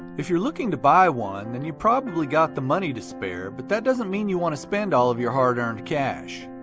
if you're looking to buy one, then you probably got the money to spare, but that doesn't mean you want to spend all of your hard-earned cash.